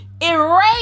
erase